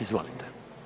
Izvolite.